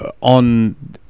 on